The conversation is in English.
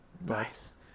nice